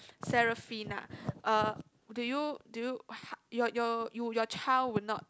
Seraphina uh do you do you uh how your your you your child would not